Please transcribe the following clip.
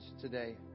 today